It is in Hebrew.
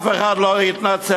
אף אחד לא התנצל,